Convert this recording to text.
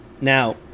Now